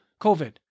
COVID